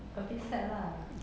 a bit sad lah